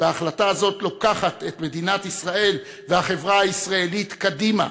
וההחלטה הזאת לוקחת את מדינת ישראל והחברה הישראלית קדימה.